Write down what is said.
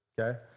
Okay